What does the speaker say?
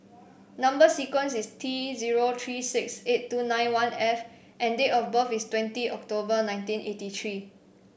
number sequence is T zero three six eight two nine one F and date of birth is twenty October nineteen eighty three